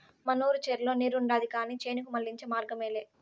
మనూరి చెర్లో నీరుండాది కానీ చేనుకు మళ్ళించే మార్గమేలే